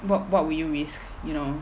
what what would you risk you know